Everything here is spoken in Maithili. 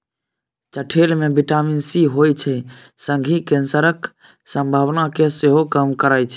चठेल मे बिटामिन सी होइ छै संगहि कैंसरक संभावना केँ सेहो कम करय छै